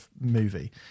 movie